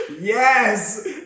Yes